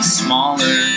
smaller